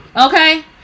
okay